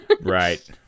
right